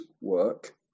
work